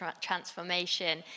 transformation